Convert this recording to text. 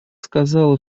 сказала